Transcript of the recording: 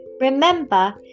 Remember